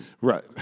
right